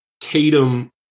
Tatum